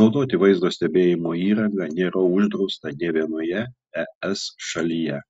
naudoti vaizdo stebėjimo įrangą nėra uždrausta nė vienoje es šalyje